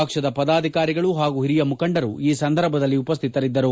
ಪಕ್ಷದ ಪದಾಧಿಕಾರಿಗಳು ಹಾಗೂ ಹಿರಿಯ ಮುಖಂಡರು ಈ ಸಂದರ್ಭದಲ್ಲಿ ಉಪಶ್ಯಿತರಿದ್ದರು